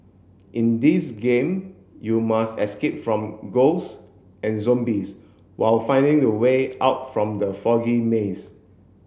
in this game you must escape from ghosts and zombies while finding the way out from the foggy maze